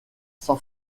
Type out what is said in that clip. san